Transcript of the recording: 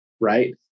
right